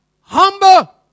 humble